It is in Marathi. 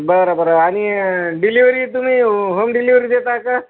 बरं बरं आणि डिलिवरी तुम्ही होम डिलिवरी देता का